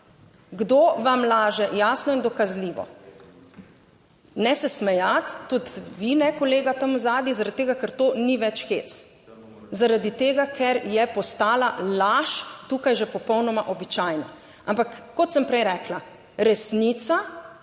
Kdo vam laže jasno in dokazljivo? Ne se smejati, tudi vi ne, kolega tam zadaj, zaradi tega, ker to ni več hec, zaradi tega, ker je postala laž tukaj že popolnoma običajna. ampak kot sem prej rekla, resnica